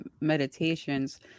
meditations